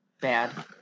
bad